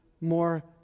more